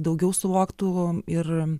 daugiau suvoktų ir